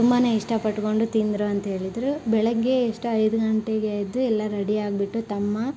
ತುಂಬನೇ ಇಷ್ಟಪಟ್ಕೊಂಡು ತಿಂದರು ಅಂಥೇಳಿದ್ರು ಬೆಳಗ್ಗೆ ಎಷ್ಟು ಐದು ಗಂಟೆಗೆ ಎದ್ದು ಎಲ್ಲ ರೆಡಿ ಆಗಿಬಿಟ್ಟು ತಮ್ಮ